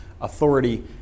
authority